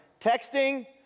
texting